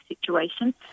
situation